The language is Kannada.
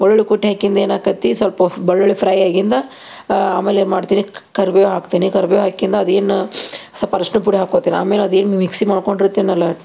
ಬೆಳ್ಳುಳ್ಳಿ ಕುಟ್ಟಿ ಹಾಕಿಂದು ಏನಾಕೈತಿ ಸ್ವಲ್ಪ ಬೆಳ್ಳುಳ್ಳಿ ಫ್ರೈ ಆಗಿಂದು ಆಮೇಲೆ ಏನು ಮಾಡ್ತೀನಿ ಕರ್ಬೇವು ಹಾಕ್ತೀನಿ ಕರ್ಬೇವು ಹಾಕಿಂದು ಅದೇನು ಸ್ವಲ್ಪ ಅರ್ಷ್ಣದ ಪುಡಿ ಹಾಕೊತೀನಿ ಆಮೇಲೆ ಅದೇನು ಮಿಕ್ಸಿ ಮಾಡ್ಕೊಂಡಿರ್ತೀನಲ್ಲ